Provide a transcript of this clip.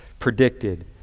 predicted